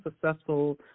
successful